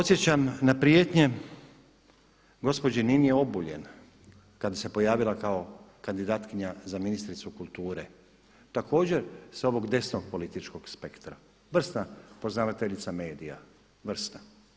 Podsjećam na prijetnje gospođi Nini Obuljen kada se pojavila kao kandidatkinja za ministricu kulture također sa ovog desnog političkog spektra vrsna poznavateljica medija, vrsna.